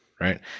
Right